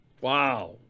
Wow